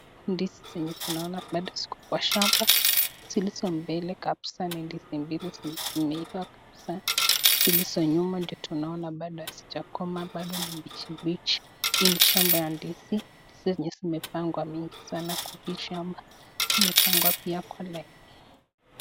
Ndizi zenye tunaona bado ziko kwa shamba, zilizo mbele kabisa ni ndizi mbili zenye zimeiva kabisa zilizo nyuma ndio tunaona bado hazija komaa bado ni mbichi mbichi. Hii ni shamba ya ndizi zenye zimepangwa mingi sana kwa hii shamba zimepangwa pia kwa hii laini.